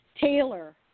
Taylor